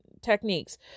techniques